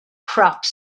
crops